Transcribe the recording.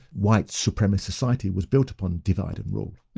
white supremacist society was built upon divide and rule.